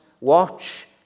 watch